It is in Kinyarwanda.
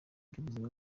by’ubuzima